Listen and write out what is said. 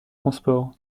transport